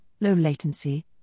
low-latency